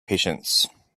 patience